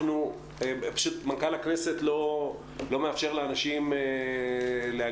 פשוט, מנכ"ל הכנסת לא מאפשר לאנשים להגיע.